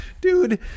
dude